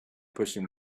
pushing